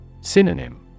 Synonym